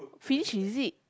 finish is it